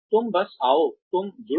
तुम बस आओ तुम जुड़ो